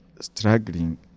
struggling